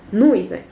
no it's like